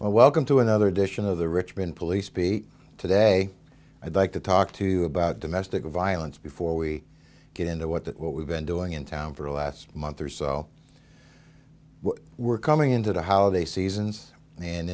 welcome to another edition of the richmond police beat today i'd like to talk to you about domestic violence before we get into what that what we've been doing in town for the last month or so we're coming into the holiday seasons and